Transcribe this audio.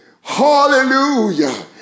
hallelujah